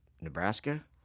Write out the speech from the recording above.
Nebraska